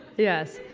yes.